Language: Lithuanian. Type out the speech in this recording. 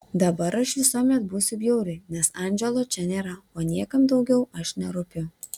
dabar aš visuomet būsiu bjauri nes andželo čia nėra o niekam daugiau aš nerūpiu